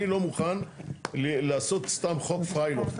אני לא מוכן לעשות סתם חוק פריילוף,